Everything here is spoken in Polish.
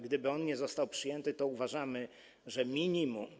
Gdyby jednak nie został on przyjęty, to uważamy, że minimum.